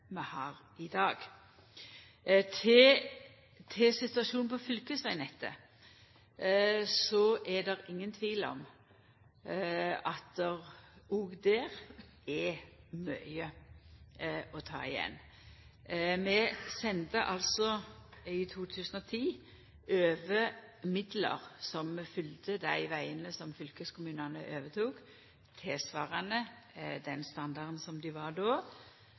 har i dag. Når det gjeld situasjonen på fylkesvegnettet, er det ingen tvil om at det òg der er mykje å ta igjen. Vi sende altså i 2010 over midlar som følgde dei vegane som fylkeskommunane overtok, tilsvarande den standarden som dei hadde då,